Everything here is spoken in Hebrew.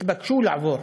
התבקשו לעבור